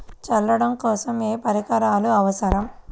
చల్లడం కోసం ఏ పరికరాలు అవసరం?